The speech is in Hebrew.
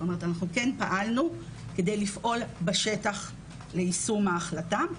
כן פעלנו כדי לפעול בשטח ליישום ההחלטה.